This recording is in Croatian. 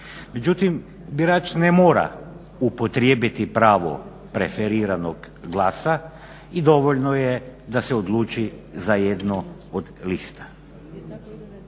Međutim, birač ne mora upotrijebiti pravo preferiranog glasa i dovoljno je da se odluči za jednu od lista.